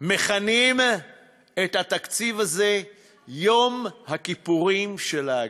מכנים היום את התקציב הזה "יום הכיפורים של האגף".